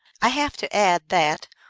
i have to add that,